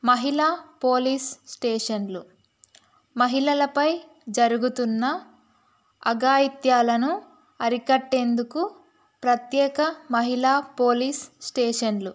మహిళ పోలీస్ స్టేషన్లు మహిళలపై జరుగుతున్న అగాయిత్యాలను అరికట్టేందుకు ప్రత్యేక మహిళ పోలీస్ స్టేషన్లు